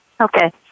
Okay